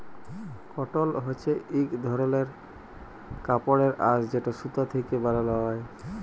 কটল হছে ইক ধরলের কাপড়ের আঁশ যেট সুতা থ্যাকে বালাল হ্যয়